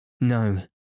No